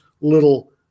little